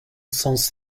sens